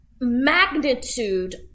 Magnitude